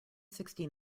sixty